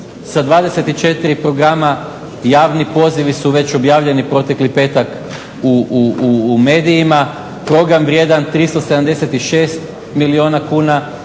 sa 24 programa. Javni pozivi su već objavljeni protekli petak u medijima, program vrijedan 376 milijuna kuna